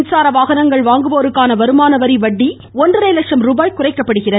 மின்சார வாகனங்கள் வாங்குவோருக்கான வருமான வரி வட்டி ஒன்றரை லட்சம் ருபாய் குறைக்கப்படுகிறது